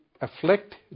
afflict